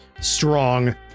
strong